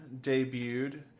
debuted